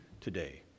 today